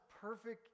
perfect